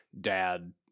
dad